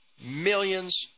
millions